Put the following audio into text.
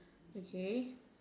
okay